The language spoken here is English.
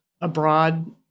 abroad